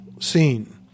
scene